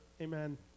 Amen